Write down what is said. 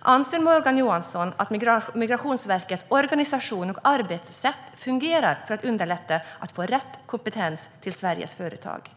Anser Morgan Johansson att Migrationsverkets organisation och arbetssätt fungerar för att underlätta att få rätt kompetens till Sveriges företag?